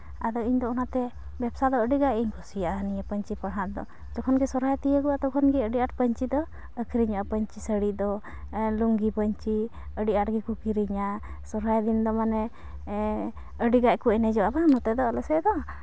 ᱟᱫᱚ ᱤᱧ ᱫᱚ ᱚᱱᱟᱛᱮ ᱵᱮᱵᱥᱟ ᱫᱚ ᱟᱹᱰᱤ ᱜᱟᱱ ᱤᱧ ᱠᱩᱥᱤᱭᱟᱜᱼᱟ ᱱᱤᱭᱟᱹ ᱯᱟᱹᱧᱪᱤ ᱯᱟᱲᱦᱟᱴ ᱫᱚ ᱡᱚᱠᱷᱚᱱ ᱜᱮ ᱥᱚᱨᱦᱟᱭ ᱛᱤᱭᱟᱹᱜᱚᱜᱼᱟ ᱛᱚᱠᱷᱚᱱ ᱜᱮ ᱟᱹᱰᱤ ᱟᱸᱴ ᱯᱟᱹᱧᱪᱤ ᱫᱚ ᱟᱹᱠᱷᱨᱤᱧᱚᱜᱼᱟ ᱯᱟᱹᱧᱪᱤ ᱥᱟᱹᱲᱤ ᱫᱚ ᱞᱩᱝᱜᱤ ᱯᱟᱹᱧᱪᱤ ᱟᱹᱰᱤ ᱟᱸᱴ ᱜᱮᱠᱚ ᱠᱤᱨᱤᱧᱟ ᱥᱚᱨᱦᱟᱭ ᱫᱤᱱ ᱫᱚ ᱢᱟᱱᱮ ᱟᱹᱰᱤ ᱜᱟᱱ ᱠᱚ ᱮᱱᱮᱡᱚᱜᱼᱟ ᱵᱟᱝ ᱱᱚᱛᱮ ᱫᱚ ᱟᱞᱮ ᱥᱮᱡ ᱫᱚ